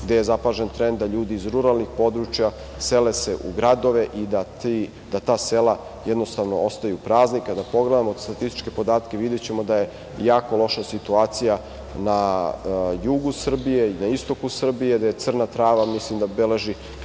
gde je zapažen trend da se ljudi iz ruralnih područja sele u gradove i da ta sela jednostavno ostaju prazna. Kada pogledamo statističke podatke, videćemo da je jako loša situacija na jugu Srbije i na istoku Srbije. Crna Trava mislim da beleži